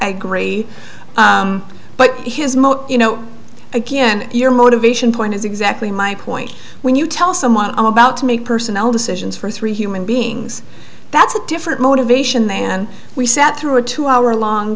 agree but his mo you know again your motivation point is exactly my point when you tell someone about to make personnel decisions for three human beings that's a different motivation than we sat through a two hour long